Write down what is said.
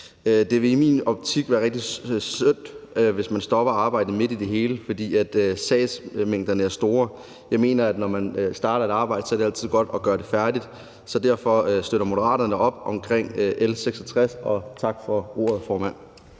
Det vil i min optik være rigtig synd, hvis man stopper arbejdet midt i det hele, fordi sagsmængden er stor. Jeg mener, at når man starter et arbejde, er det altid godt at gøre det færdigt, så derfor støtter Moderaterne op omkring L 66. Tak for ordet, formand.